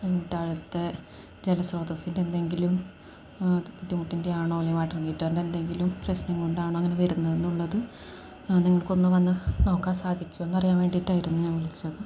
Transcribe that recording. ജലസ്രോതസ്സിൻ്റെ എന്തെങ്കിലും ബുദ്ധിമുട്ടിൻ്റെ ആണോ അല്ലെങ്കില് വാട്ടര് ഹീറ്ററിൻ്റെ എന്തെങ്കിലും പ്രശ്നം കൊണ്ടാണോ അങ്ങനെ വരുന്നത് എന്നുള്ളതു നിങ്ങൾക്കൊന്നു വന്നുനോക്കാൻ സാധിക്കുമോ എന്നറിയാൻ വേണ്ടിയിട്ടായിരുന്നു ഞാൻ വിളിച്ചത്